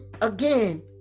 again